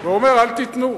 ואומר: אל תיתנו,